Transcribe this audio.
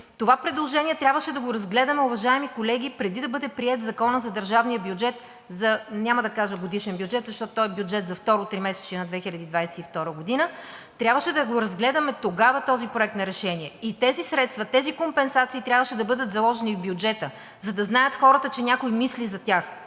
Това предложение трябваше да го разгледаме, уважаеми колеги, преди да бъде приет Законът за държавния бюджет, няма да кажа годишен бюджет, защото той е бюджет за второто тримесечие на 2022 г. Трябваше да го разгледаме тогава този проект на решение и тези средства, тези компенсации трябваше да бъдат заложени в бюджета, за да знаят хората, че някой мисли за тях,